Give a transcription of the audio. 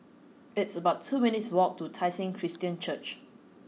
it's about two minutes' walk to Tai Seng Christian Church